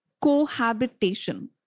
cohabitation